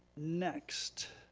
next,